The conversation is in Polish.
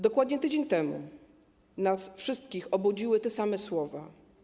Dokładnie tydzień temu nas wszystkich obudziły te same słowa.